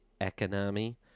economy